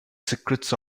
secrets